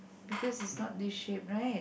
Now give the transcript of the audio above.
because it's not this shape right